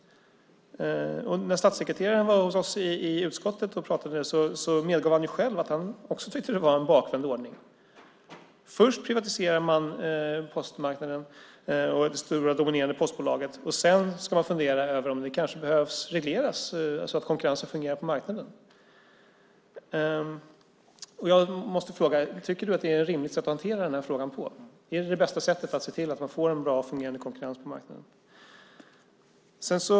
När statssekreteraren var hos oss i utskottet och pratade medgav han själv att också han tyckte att det var en bakvänd ordning. Först privatiserar man postmarknaden och det stora dominerande postbolaget och sedan ska man fundera över om det kanske behövs regleras så att konkurrensen fungerar på marknaden. Jag måste fråga om du tycker att det är ett rimligt sätt att hantera frågan på. Är detta det bästa sättet att få en bra och fungerande konkurrens på marknaden?